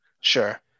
Sure